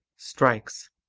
strikes,